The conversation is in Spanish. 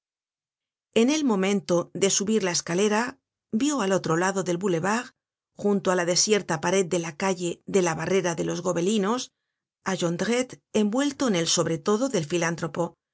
en el momento de subir la escalera vió al otro lado del boulevard junto ála desierta pared de la calle de la barrera de los gobelinos á jondrette envuelto en el sobretodo del filántropo